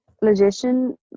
Logician